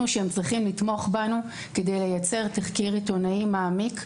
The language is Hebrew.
שהם צריכים לתמוך בנו כדי לייצר תחקיר עיתונאי מעמיק,